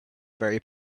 very